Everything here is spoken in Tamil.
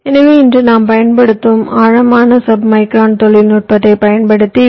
எனவே இன்று நாம் பயன்படுத்தும் ஆழமான சப்மைக்ரான் தொழில்நுட்பத்தைப் பயன்படுத்தி வி